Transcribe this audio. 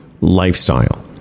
lifestyle